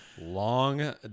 Long